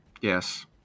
Yes